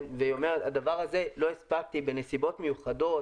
והיא אומרת: את הדבר הזה לא הספקתי בנסיבות מיוחדות,